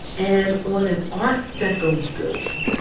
and on an art deco building,